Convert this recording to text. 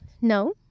No